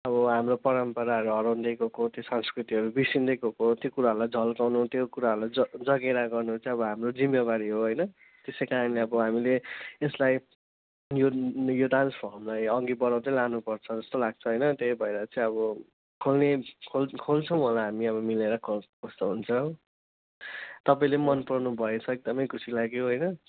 अब हाम्रो परम्पराहरू हराउँदै गएको त्यो संस्कृतिहरू बिर्सिँदै गएको त्यो कुराहरूलाई झल्काउनु त्यो कुराहरूलाई ज जगेरा गर्नु चाहिँ अब हाम्रो जिम्मेवारी हो होइन त्यसै कारणले अब हामीले यसलाई यो यो डान्स फमलाई अघि बढाउँदै लानुपर्छ जस्तो लाग्छ होइन त्यही भएर चाहिँ अब खोल्ने खोल्छु खोन्छौँ होला हामी अब मिलेर क कस्तो हुन्छ तपाईँले पनि मनपराउनु भएछ एकदमै खुसी लाग्यो होइन